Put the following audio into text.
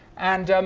and